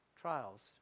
trials